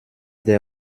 der